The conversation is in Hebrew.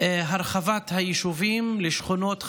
הרחבת היישובים לשכונות חדשות.